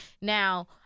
Now